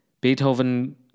Beethoven